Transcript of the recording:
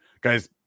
guys